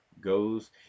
goes